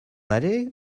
aller